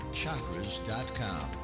chakras.com